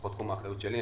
לא תחום האחריות שלי,